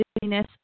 dizziness